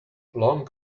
long